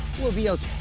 we'll be okay.